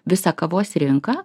visą kavos rinką